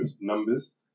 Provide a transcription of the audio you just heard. numbers